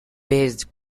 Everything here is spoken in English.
based